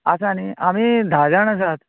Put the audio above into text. आसा न्ही आमी धा जाण आसात